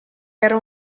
era